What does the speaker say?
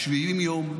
170 יום,